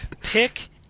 Pick